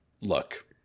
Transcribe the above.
look